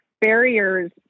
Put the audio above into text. barriers